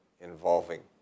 Involving